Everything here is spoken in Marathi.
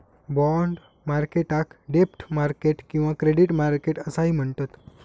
बाँड मार्केटाक डेब्ट मार्केट किंवा क्रेडिट मार्केट असाही म्हणतत